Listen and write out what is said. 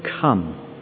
come